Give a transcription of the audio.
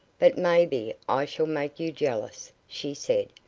but maybe i shall make you jealous, she said.